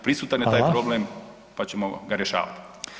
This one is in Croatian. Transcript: Prisutan je taj problem pa ćemo ga rješavati.